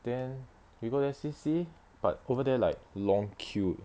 then you go there see see but over there like long queue